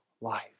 life